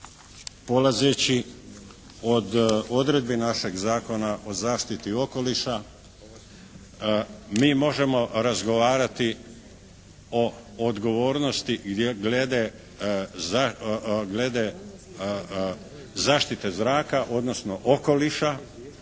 polazeći od odredbi našeg Zakona o zaštiti okoliša mi možemo razgovarati o odgovornosti glede zaštite zraka, odnosno okoliša